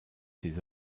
ses